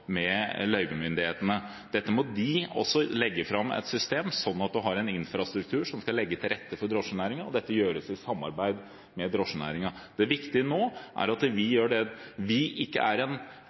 med løyvemyndighetene. Det må legges fram et system, sånn at man har en infrastruktur som legger til rette for drosjenæringen, og dette gjøres i samarbeid med drosjenæringen. Det viktige nå er at vi gjør det, at vi ikke er en